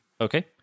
Okay